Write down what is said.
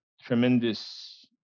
tremendous